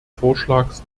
vorschlags